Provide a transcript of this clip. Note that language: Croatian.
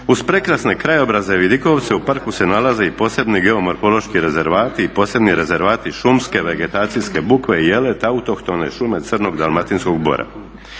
Uz prekrasne krajobraze i vidikovce u parku se nalaze i geomorfološki rezervati i posebni rezervati šumske vegetacijske bukve i jele, te autohtone šume crnog dalmatinskog bora.